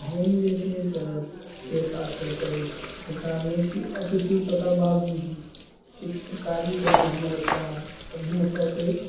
हम जे छै से पेशा सऽ तऽ चित्रकार नहि छी आ कि तू तकर बावजूद चित्रकारी केना हमर एकटा अभिन्न शौक अछि